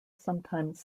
sometimes